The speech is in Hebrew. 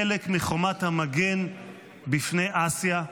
חלק מחומת המגן בפני אסיה,